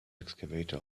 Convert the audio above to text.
excavator